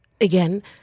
again